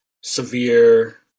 severe